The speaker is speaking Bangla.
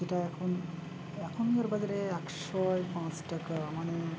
যেটা এখন এখনকার বাজারে একশো পাঁচ টাকা মানে